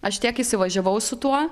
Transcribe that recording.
aš tiek įsivažiavau su tuo